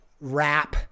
rap